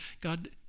God